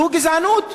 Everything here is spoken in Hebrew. זו גזענות.